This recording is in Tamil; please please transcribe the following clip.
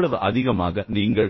எவ்வளவு அதிகமாக நீங்கள்